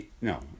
No